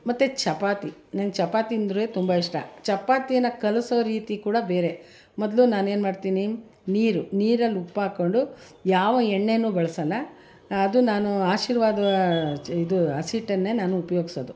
ಮತ್ತು ಚಪಾತಿ ನಂಗೆ ಚಪಾತಿ ಅಂದರೆ ತುಂಬ ಇಷ್ಟ ಚಪಾತಿಯನ್ನು ಕಲಸೋ ರೀತಿ ಕೂಡ ಬೇರೆ ಮೊದಲು ನಾನೇನು ಮಾಡ್ತೀನಿ ನೀರು ನೀರಲ್ಲಿ ಉಪ್ಪು ಹಾಕ್ಕೊಂಡು ಯಾವ ಎಣ್ಣೆಯೂ ಬಳ್ಸೋಲ್ಲ ಅದು ನಾನು ಆಶೀರ್ವಾದ ಇದು ಹಸಿಟ್ಟನ್ನೇ ನಾನು ಉಪಯೋಗ್ಸೋದು